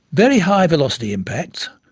very high velocity impacts,